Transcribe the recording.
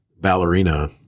ballerina